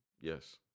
Yes